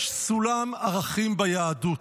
יש סולם ערכים ביהדות,